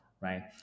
right